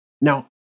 Now